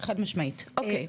חד משמעית, אוקי.